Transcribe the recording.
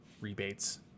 rebates